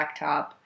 blacktop